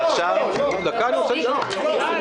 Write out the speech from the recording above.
לדבר?